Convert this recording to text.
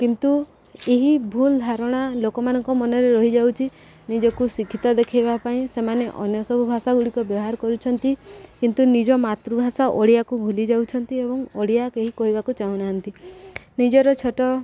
କିନ୍ତୁ ଏହି ଭୁଲ ଧାରଣା ଲୋକମାନଙ୍କ ମନରେ ରହିଯାଉଛି ନିଜକୁ ଶିକ୍ଷିତ ଦେଖେଇବା ପାଇଁ ସେମାନେ ଅନ୍ୟ ସବୁ ଭାଷା ଗୁଡ଼ିକ ବ୍ୟବହାର କରୁଛନ୍ତି କିନ୍ତୁ ନିଜ ମାତୃଭାଷା ଓଡ଼ିଆକୁ ଭୁଲି ଯାଉଛନ୍ତି ଏବଂ ଓଡ଼ିଆ କେହି କହିବାକୁ ଚାହୁନାହାନ୍ତି ନିଜର ଛୋଟ